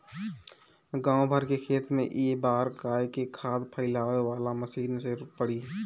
गाँव भर के खेत में ए बारी गाय के खाद फइलावे वाला मशीन से पड़ी